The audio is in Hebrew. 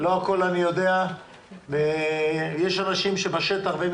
לא הכול אני יודע ויש אנשים שנמצאים בשטח וכנראה